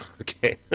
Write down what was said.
Okay